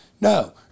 No